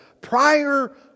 prior